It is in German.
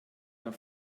der